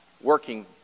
working